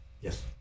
yes